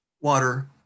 water